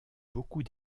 beaucoup